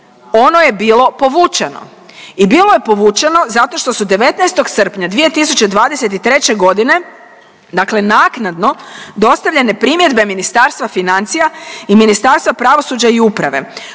ono je bilo povućeno i bilo je povućeno zato što su 19. srpnja 2023. godine dakle naknadno dostavljene primjedbe Ministarstva financija i Ministarstva pravosuđa i uprave